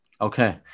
Okay